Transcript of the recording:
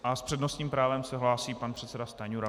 S přednostním právem se hlásí pan předseda Stanjura.